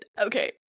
okay